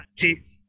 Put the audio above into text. jeez